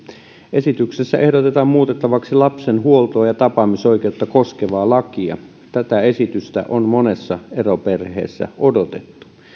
esityksessä ehdotetaan muutettavaksi lapsen huoltoa ja tapaamisoikeutta koskevaa lakia tätä esitystä on monessa eroperheessä odotettu